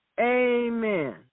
Amen